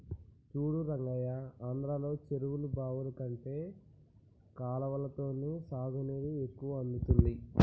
చూడు రంగయ్య ఆంధ్రలో చెరువులు బావులు కంటే కాలవలతోనే సాగునీరు ఎక్కువ అందుతుంది